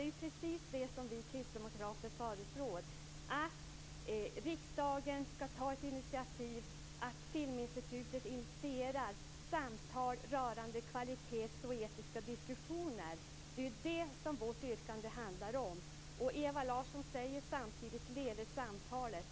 Det är precis det som vi kristdemokrater föreslår, att riksdagen ska ta ett initiativ, att Filminstitutet initierar samtal rörande kvalitet och etiska diskussioner. Det är det som vårt yrkande handlar om. Ewa Larsson säger samtidigt: Leve samtalet!